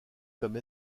comme